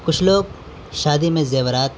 کچھ لوگ شادی میں زیورات